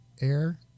air